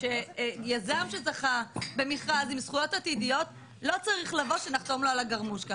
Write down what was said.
שיזם שזכה במכרז עם זכויות עתידיות לא צריך לבוא שנחתום לו על הגרמושקה.